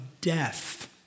death